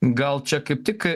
gal čia kaip tik